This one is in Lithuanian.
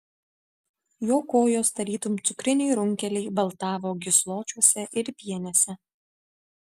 jo kojos tarytum cukriniai runkeliai baltavo gysločiuose ir pienėse